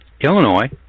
Illinois